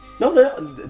No